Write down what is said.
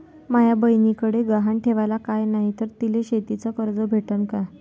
माया बयनीकडे गहान ठेवाला काय नाही तर तिले शेतीच कर्ज भेटन का?